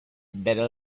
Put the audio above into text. better